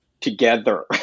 together